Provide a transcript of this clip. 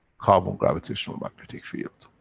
carbon gravitational-magnetic field,